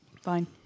Fine